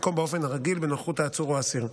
במקום באופן הרגיל בנוכחות העצור או האסיר.